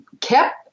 kept